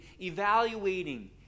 evaluating